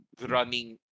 running